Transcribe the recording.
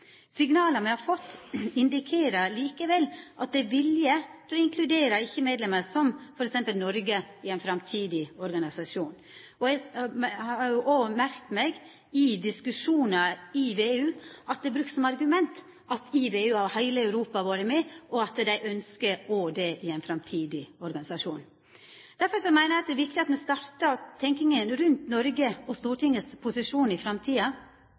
Signala me har fått, indikerer likevel at det er vilje til å inkludera ikkje-medlemer som f.eks. Noreg i ein framtidig organisasjon. Eg har òg merka meg i diskusjonar i VEU at det er brukt som argument at i VEU har heile Europa vore med, og at dei òg ønskjer det i ein framtidig organisasjon. Derfor meiner eg det er viktig at me startar tenkinga rundt Noregs og Stortingets posisjon i framtida,